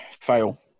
fail